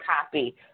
copy